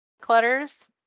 Clutters